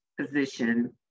position